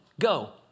go